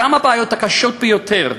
גם הבעיות הקשות ביותר,